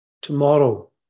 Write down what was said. tomorrow